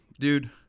Dude